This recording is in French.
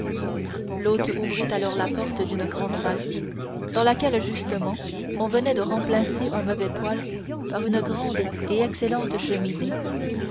l'hôte ouvrit la porte d'une grande salle dans laquelle justement on venait de remplacer un mauvais poêle par une grande et excellente cheminée